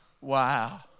Wow